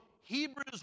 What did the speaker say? Hebrews